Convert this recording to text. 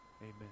Amen